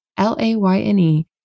L-A-Y-N-E